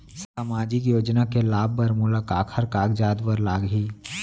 सामाजिक योजना के लाभ बर मोला काखर कागजात बर लागही?